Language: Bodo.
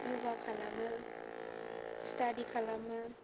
योगा खालामो स्टाडि खालामो